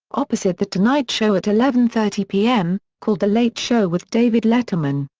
opposite the tonight show at eleven thirty p m, called the late show with david letterman.